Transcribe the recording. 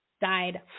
died